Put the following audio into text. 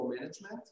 management